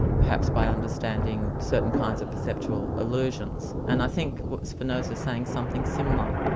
perhaps by understanding certain kinds of perceptual illusions. and i think spinoza's saying something similar,